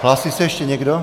Hlásí se ještě někdo?